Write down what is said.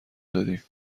دادیم